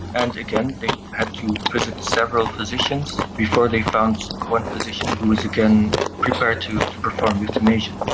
and again they had to visit several physicians before they found one physician who was again prepared to to perform euthanasia.